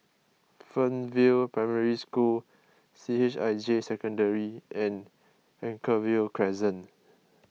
Fernvale Primary School C H I J Secondary and Anchorvale Crescent